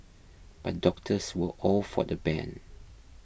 but doctors were all for the ban